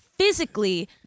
Physically